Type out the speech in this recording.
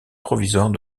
provisoire